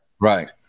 Right